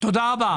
תודה רבה.